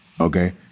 okay